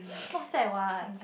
not sad what